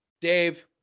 Dave